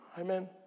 Amen